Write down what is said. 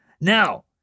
Now